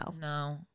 No